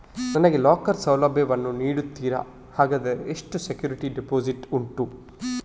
ನನಗೆ ಲಾಕರ್ ಸೌಲಭ್ಯ ವನ್ನು ನೀಡುತ್ತೀರಾ, ಹಾಗಾದರೆ ಎಷ್ಟು ಸೆಕ್ಯೂರಿಟಿ ಡೆಪೋಸಿಟ್ ಉಂಟು?